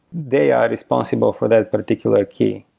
they are responsible for that particular key.